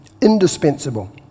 indispensable